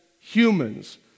humans